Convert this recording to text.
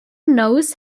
knows